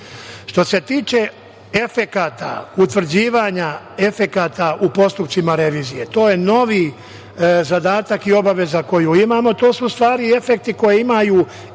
ste tiče efekata, utvrđivanja efekata u postupcima revizije to je novi zadatak i obaveza koju imamo, to su u stari i efekti i subjekti zajedno